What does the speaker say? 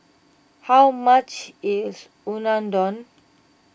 how much is Unadon